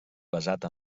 basat